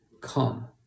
come